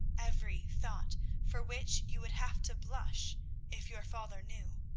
every thought for which you would have to blush if your father knew.